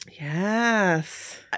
Yes